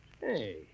Hey